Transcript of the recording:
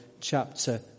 chapter